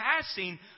passing